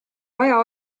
vaja